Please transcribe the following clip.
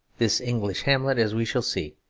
this english hamlet, as we shall see,